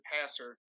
passer